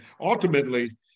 ultimately